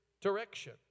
direction